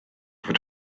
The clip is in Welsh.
fod